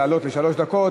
לעלות לשלוש דקות,